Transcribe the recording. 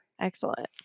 Excellent